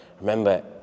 Remember